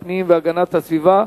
אם כן, הצעת ועדת הפנים אושרה.